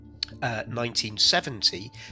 1970